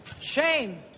Shame